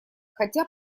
хотя